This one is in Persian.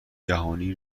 جهانی